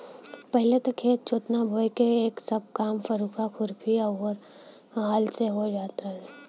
पहिले त खेत जोतना बोये क सब काम फरुहा, खुरपी आउर हल से हो जात रहल